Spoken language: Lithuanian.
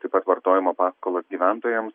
taip pat vartojimo paskolas gyventojams